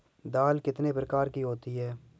दाल कितने प्रकार की होती है?